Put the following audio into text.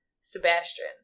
Sebastian